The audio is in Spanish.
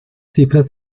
cifras